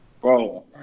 Bro